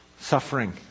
suffering